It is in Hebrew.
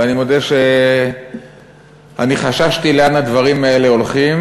ואני מודה שאני חששתי לאן הדברים האלה הולכים,